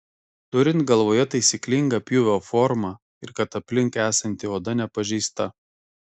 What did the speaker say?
turint galvoje taisyklingą pjūvio formą ir kad aplink esanti oda nepažeista